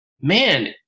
man